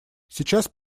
сейчас